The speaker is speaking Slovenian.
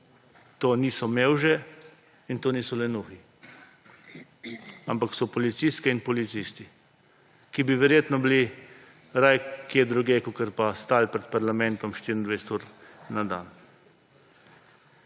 to niso mevže in to niso lenuhi, ampak so policistke in policisti, ki bi verjetno bili raje kje drugje, kakor pa stali pred parlamentom 24 ur na dan.